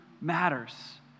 matters